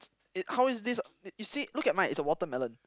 it how is this y~ you see look at mine it's a watermelon